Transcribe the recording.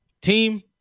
team